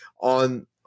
on